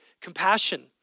compassion